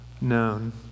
known